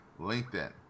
LinkedIn